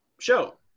show